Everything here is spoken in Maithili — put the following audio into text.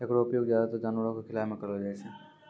एकरो उपयोग ज्यादातर जानवरो क खिलाय म करलो जाय छै